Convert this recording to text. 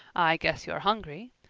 i guess you're hungry.